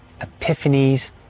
epiphanies